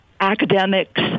academics